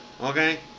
okay